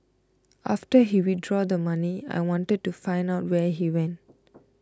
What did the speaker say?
after he withdrew the money I wanted to find out where he went